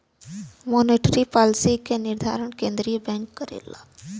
monetary policy क निर्धारण केंद्रीय बैंक करला